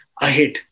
ahead